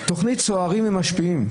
תכנית צוערים ומשפיעים,